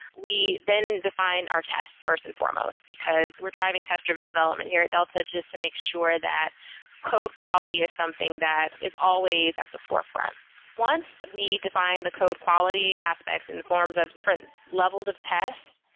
we then define our tests first and foremost, because we're driving test-driven development here at delta, just to make sure that code quality is something that is always at the forefront once we define the code quality aspects in the forms of different levels of tests,